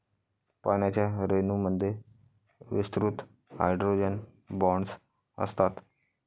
पाण्याच्या रेणूंमध्ये विस्तृत हायड्रोजन बॉण्ड असतात